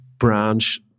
Branch